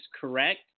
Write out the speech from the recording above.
correct